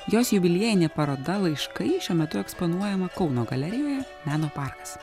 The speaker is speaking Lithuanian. jos jubiliejinė paroda laiškai šiuo metu eksponuojama kauno galerijoje meno parkas